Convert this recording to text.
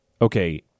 okay